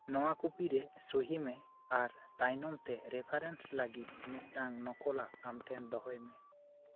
ᱱᱚᱣᱟ ᱠᱩᱯᱤᱨᱮ ᱥᱚᱦᱤ ᱢᱮ ᱟᱨ ᱛᱟᱭᱱᱚᱢᱛᱮ ᱨᱮᱯᱷᱟᱨᱮᱱᱥ ᱞᱟᱹᱜᱤᱫ ᱢᱤᱫᱴᱟᱝ ᱱᱚᱠᱚᱞᱟᱜ ᱟᱢᱴᱷᱮᱱ ᱫᱚᱦᱚᱭ ᱢᱮ